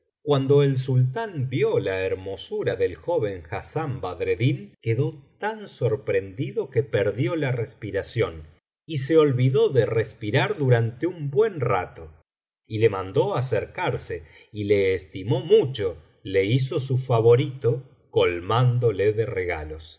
cuando el sultán vio la hermosura del joven hassán badreddin quedó tan sorprendido que perdió la respiración y se olvidó de respirar durante un buen rato y le mandó acercarse y le estimó mucho le hizo su favorito colmándole de regalos